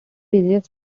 busiest